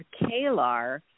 Kalar